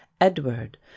edward